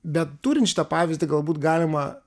bet turint šitą pavyzdį galbūt galima